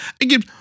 again